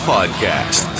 Podcast